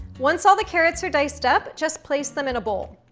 once all the carrots are diced up, just place them in a bowl.